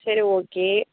சரி ஓகே